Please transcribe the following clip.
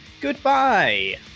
goodbye